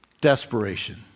desperation